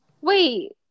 Wait